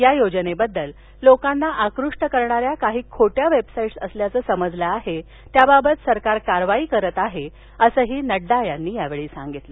या योजनेबद्दल लोकांना आकृष्ट करणाऱ्या काही खोट्या वेबसाईट्स असल्याचं समजलं आहे त्याबाबत सरकार कारवाई करत आहे असंही नड्डा म्हणाले